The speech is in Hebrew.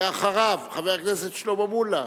ואחריו, חבר הכנסת שלמה מולה.